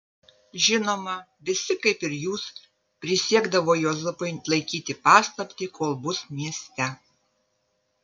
žinoma visi kaip ir jūs prisiekdavo juozapui laikyti paslaptį kol bus mieste